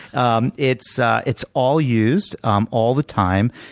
um it's ah it's all used um all the time,